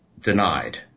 denied